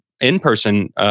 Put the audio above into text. in-person